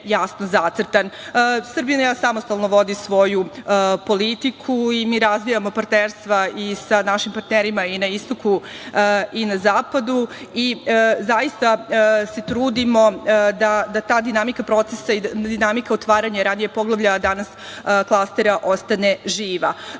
jasno zacrtan. Srbija samostalno vodi svoju politiku i mi razvijamo partnerstva i sa našim partnerima i na Istoku i na Zapadu. Zaista se trudimo da ta dinamika procesa, dinamika otvaranja, ranije poglavlja a danas klastera, ostane živa. Kao